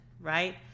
right